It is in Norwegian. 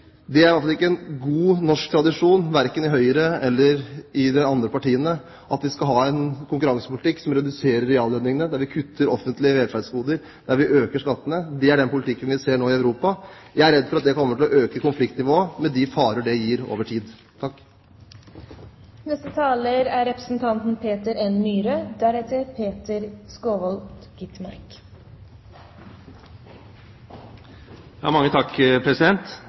Det er i hvert fall ikke en god norsk tradisjon, verken i Høyre eller i de andre partiene, at vi skal ha en konkurransepolitikk som reduserer reallønningene, der vi kutter offentlige velferdsgoder, og der vi øker skattene. Det er den politikken vi nå ser i Europa. Jeg er redd for at det kommer til å øke konfliktnivået, med de farer det gir over tid.